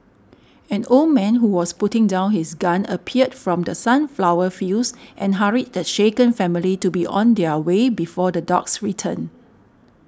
an old man who was putting down his gun appeared from the sunflower fields and hurried the shaken family to be on their way before the dogs return